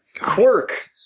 Quirk